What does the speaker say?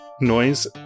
noise